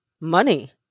Money